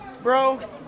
Bro